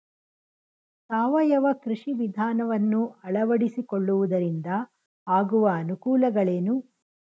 ಸಾವಯವ ಕೃಷಿ ವಿಧಾನವನ್ನು ಅಳವಡಿಸಿಕೊಳ್ಳುವುದರಿಂದ ಆಗುವ ಅನುಕೂಲಗಳೇನು?